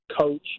coach